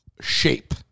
shape